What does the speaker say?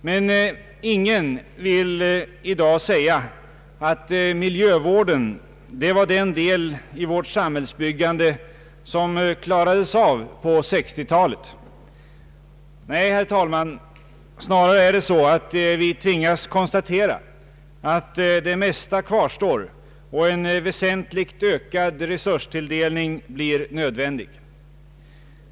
Men ingen vill i dag säga att miljövården var den del i vårt samhällsbyg gande som klarades av på 1960-talet. Nej, herr talman, snarare tvingas vi konstatera att det mesta kvarstår och att en väsentligt ökad resurstilldelning blir nödvändig.